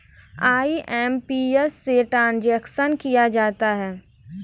IMPS से transaction किया जाता है